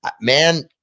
man